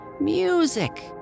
music